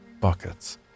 buckets